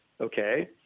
okay